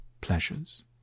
pleasures